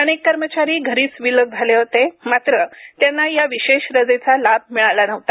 अनेक कर्मचारी घरीच विलग झाले होते मात्र त्यांना या विशेष रजेचा लाभ मिळाला नव्हता